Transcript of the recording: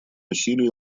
усилия